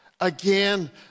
again